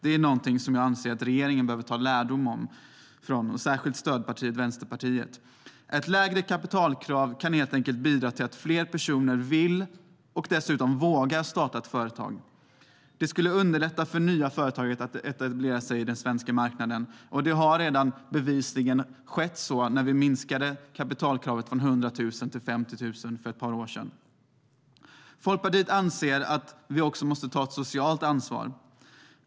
Det är något som regeringen och särskilt stödpartiet Vänsterpartiet bör ta till sig. Ett lägre kapitalkrav kan bidra till att fler personer vill och dessutom vågar starta företag. Det skulle underlätta för nya företag att etablera sig på den svenska marknaden. Så skedde bevisligen när vi minskade kapitalkravet från 100 000 kronor till 50 000 kronor för ett par år sedan. Folkpartiet anser att vi också måste ta ett socialt ansvar.